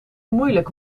moeilijk